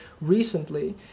recently